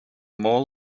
mall